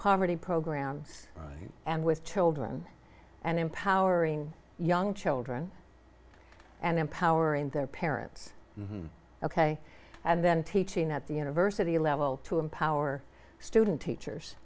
poverty programs and with children and empowering young children and empowering their parents ok and then teaching at the university level to empower student teachers